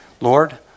lord